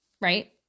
Right